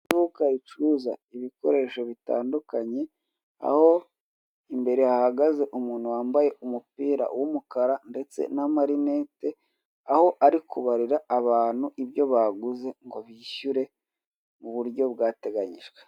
Iduka ricuruza ibikoresho bitandukanye aho imbere hahagaze umuntu wambaye umupira w'umukara ndetse n'amarinete aho ari kubarira abantu ibyo baguze ngo bishyure mu buryo bwateganyijwe.